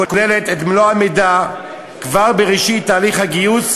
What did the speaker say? הכוללת את מלוא המידע כבר בראשית תהליך הגיוס.